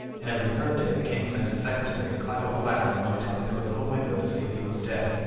and every third day the king sent his secretary to climb up a ladder and look down through a little window to see if he was dead.